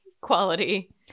quality